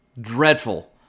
dreadful